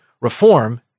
reform